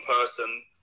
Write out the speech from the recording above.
person